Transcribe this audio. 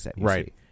Right